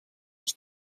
els